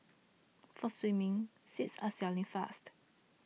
for swimming seats are selling fast